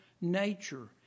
nature